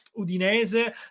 Udinese